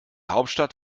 hauptstadt